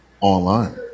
Online